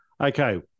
Okay